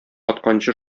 атканчы